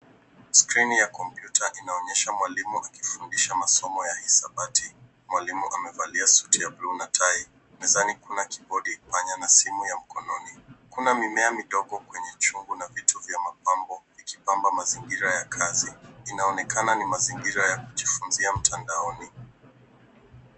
Skrini ya kompyuta inaonyesha mwalimu akifundisha masomo ya hisabati. Mwalimu amevalia suti ya bluu na tai. Mezani kuna kibodi, panya na simu ya mkononi. Kuna mimea midogo kwenye chungu na vitu vya mapambo ikipamba mazingira kazi. Inaonekana ni mazingira ya kujifunzia mtandaoni.